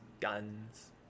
guns